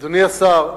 אדוני השר,